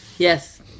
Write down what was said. Yes